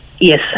Yes